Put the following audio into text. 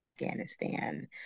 Afghanistan